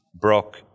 Brock